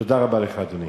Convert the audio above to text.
תודה רבה לך, אדוני.